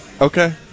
Okay